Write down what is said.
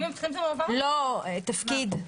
--- תפקיד,